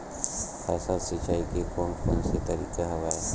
फसल सिंचाई के कोन कोन से तरीका हवय?